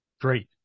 Great